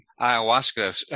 ayahuasca